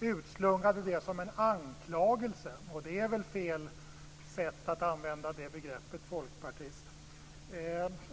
utslungade det som en anklagelse, och det är väl fel sätt att använda begreppet folkpartist på.